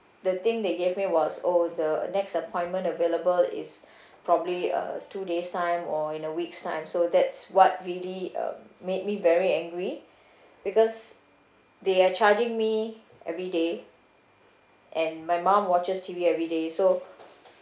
the thing they gave me was oh the next appointment available is probably uh two days time or in a week's time so that's what really um made me very angry because they are charging me every day and my mum watches T_V everyday so